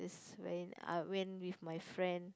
this when I went with my friend